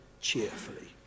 cheerfully